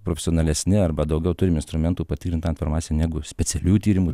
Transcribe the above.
profesionalesni arba daugiau turim instrumentų patikrint tą informaciją negu specialių tyrimų